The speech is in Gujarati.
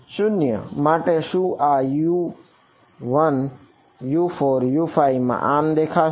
0 માટે શું આ U1U4U5 આમાં દેખાશે